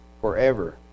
forever